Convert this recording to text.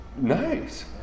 Nice